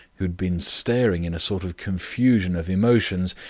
who had been staring in a sort of confusion of emotions.